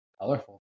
Colorful